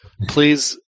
Please